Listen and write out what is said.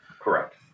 Correct